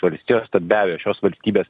valstijos tad be abejo šios valstybės